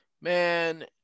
man